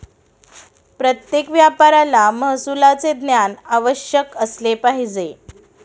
प्रत्येक व्यापाऱ्याला महसुलाचे ज्ञान अवश्य असले पाहिजे